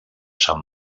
san